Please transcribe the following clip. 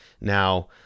Now